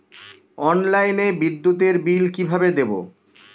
অনলাইনে বিদ্যুতের বিল কিভাবে দেব?